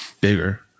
bigger